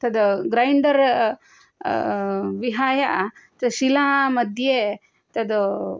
तत् ग्रैण्डर् विहाय तत् शिलामद्ये तत्